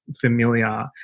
familiar